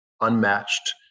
unmatched